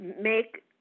make